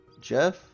Jeff